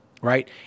right